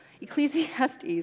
Ecclesiastes